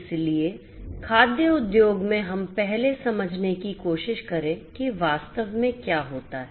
इसलिए खाद्य उद्योग में हम पहले समझने की कोशिश करें कि वास्तव में क्या होता है